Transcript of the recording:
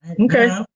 Okay